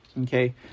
okay